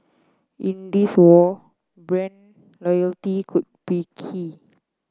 in this war brand loyalty could be key